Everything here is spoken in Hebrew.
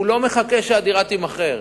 הוא לא מחכה שהדירה תיבנה.